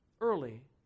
early